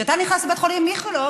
כשאתה נכנס לבית חולים איכילוב,